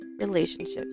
relationships